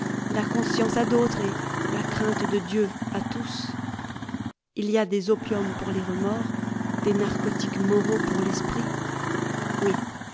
la conscience à d'autres et la crainte de dieu à tous il y a des opiums pour les remords des narcotiques moraux pour l'esprit oui